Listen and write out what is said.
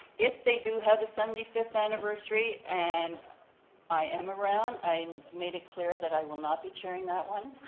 if they do have a seventy fifth anniversary, and i am around, i made it clear that i will not be chairing that one.